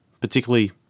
particularly